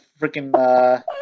freaking